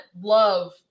love